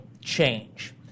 change